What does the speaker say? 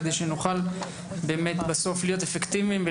כדי שנוכל להיות אפקטיביים,